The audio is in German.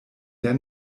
der